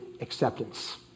acceptance